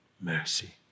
mercy